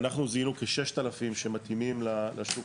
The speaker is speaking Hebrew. אנחנו זיהינו כ-6,000 שמתאימים לשוק